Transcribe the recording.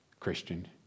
Christian